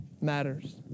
matters